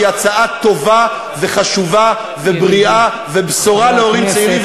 שהיא הצעה טובה וחשובה ובריאה ובשורה להורים צעירים,